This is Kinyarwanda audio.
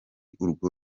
urwo